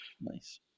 Nice